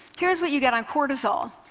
here's what you get on cortisol.